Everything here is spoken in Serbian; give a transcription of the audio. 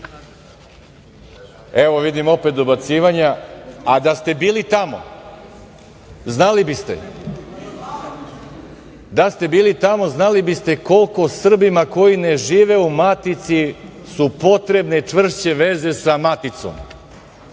vidim, opet dobacivanja. A, da ste bili tamo znali biste, da ste bili tamo znali biste koliko Srbima koji ne žive u matici su potrebne čvršće veze sa maticom,